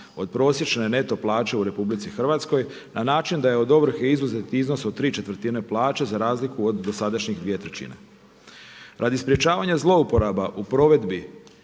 od prosječne neto plaće u RH na način da je od ovrhe izuzet iznos od tri četvrtine plaće za razliku od dosadašnjih dvije trećine. Radi sprječavanja zlouporaba u provedbi